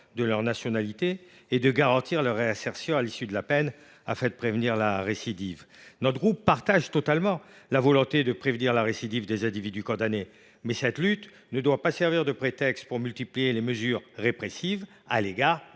de leur nationalité, et de garantir leur réinsertion à l’issue de la peine, afin de prévenir la récidive. Notre groupe partage totalement la volonté de prévenir la récidive des individus condamnés, mais cet objectif ne doit pas servir de prétexte pour multiplier les mesures répressives à l’égard